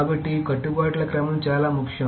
కాబట్టి ఈ కట్టుబాట్ల క్రమం చాలా ముఖ్యం